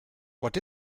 what